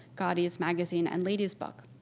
gawdy's magazine and lady's book.